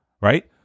right